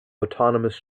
autonomous